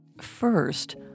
First